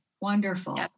wonderful